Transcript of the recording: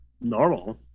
normal